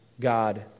God